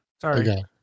Sorry